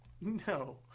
no